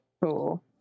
Cool